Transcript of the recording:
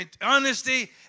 honesty